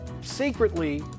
secretly